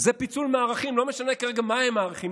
זה פיצול מערכים, לא משנה כרגע מהם הערכים.